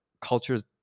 cultures